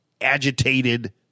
agitated